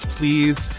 please